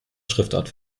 schriftart